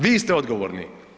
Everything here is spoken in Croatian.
Vi ste odgovorni.